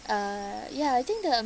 uh ya I think the